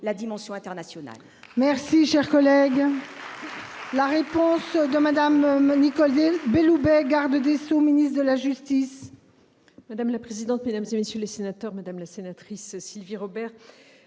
la dimension internationale.